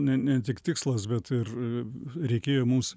ne ne tik tikslas bet ir reikėjo mums